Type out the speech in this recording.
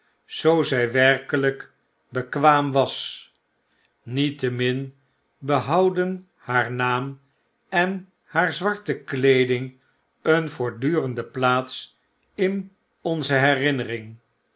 zoo zy werkeljjk bekwaam was niettemin behouden haar naam en haar zwarte kleeding een voortdurende plaats in onze herinnering